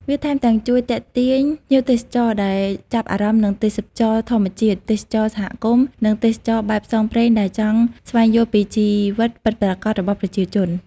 វាថែមទាំងជួយទាក់ទាញភ្ញៀវទេសចរដែលចាប់អារម្មណ៍នឹងទេសចរណ៍ធម្មជាតិ ទេសចរណ៍សហគមន៍ និងទេសចរណ៍បែបផ្សងព្រេងដែលចង់ស្វែងយល់ពីជីវិតពិតប្រាកដរបស់ប្រជាជន។